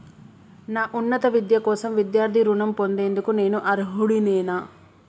నా ఉన్నత విద్య కోసం విద్యార్థి రుణం పొందేందుకు నేను అర్హుడినేనా?